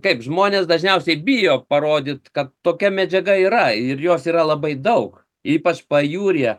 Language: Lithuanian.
kaip žmonės dažniausiai bijo parodyt kad tokia medžiaga yra ir jos yra labai daug ypač pajūryje